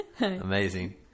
Amazing